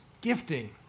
gifting